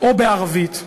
או בערבית,